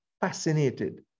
fascinated